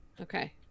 okay